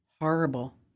Horrible